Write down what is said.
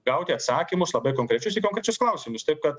gauti atsakymus labai konkrečius į konkrečius klausimus taip kad